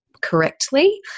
Correctly